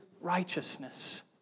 righteousness